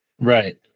right